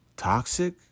toxic